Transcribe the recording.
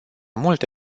multe